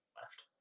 left